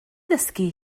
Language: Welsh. ddysgu